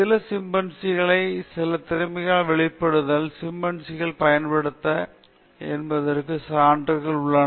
சில சிம்பன்சிகளை சில திறமைகளை வெளிப்படுத்துவதால் சிம்பன்சிகளைப் பயன்படுத்த முடியாவிட்டால் மற்ற விலங்குகளுடன் ஒப்பிடும்போது அவர்களின் மூளை மிகவும் மேம்பட்டது என்பதற்கு சான்றுகள் உள்ளன